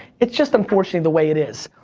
it's just unfortunately the way it is.